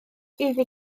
iddi